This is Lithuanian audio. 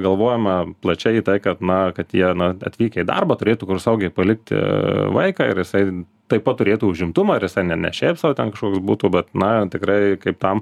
galvojame plačiai į tai kad na kad jie na atvykę į darbą turėtų kur saugiai palikti vaiką ir jisai taip pat turėtų užimtumą ir isai ne ne šiaip sau ten kažkoks būtų bet na tikrai kaip tam